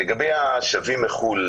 לגבי השבים מחו"ל,